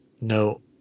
no